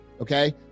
okay